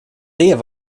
det